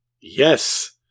Yes